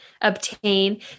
obtain